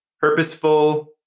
purposeful